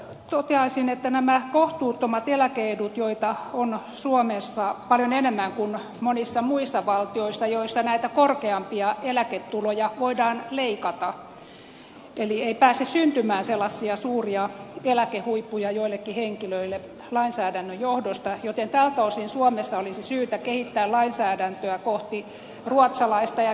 toteaisin että näitä kohtuuttomia eläke etuja on suomessa paljon enemmän kuin monissa muissa valtioissa joissa näitä korkeampia eläketuloja voidaan leikata eli ei pääse syntymään sellaisia suuria eläkehuippuja joillekin henkilöille lainsäädännön johdosta joten tältä osin suomessa olisi syytä kehittää lainsäädäntöä kohti ruotsalaista ja keskieurooppalaista mallia